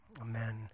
Amen